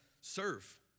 serve